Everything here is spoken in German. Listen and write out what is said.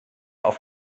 auf